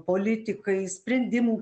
politikais sprendimų